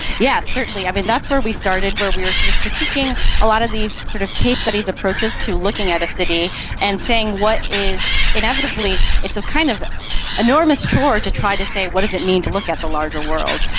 yes, certainly, that's where we started, where we are sort of critiquing a lot of these sort of case studies approaches to looking at a city and saying what is inevitably, it's a kind of enormous chore to try to say what does it mean to look at the larger world.